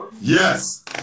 Yes